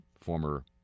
former